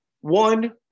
One